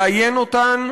לאיין אותן